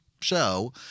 show